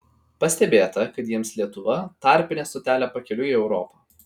pastebėta kad jiems lietuva tarpinė stotelė pakeliui į europą